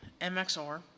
mxr